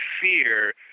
fear